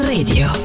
Radio